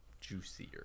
juicier